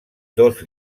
dos